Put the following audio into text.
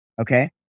Okay